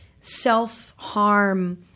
Self-harm